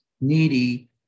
needy